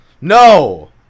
No